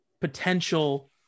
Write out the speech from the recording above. potential